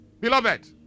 Beloved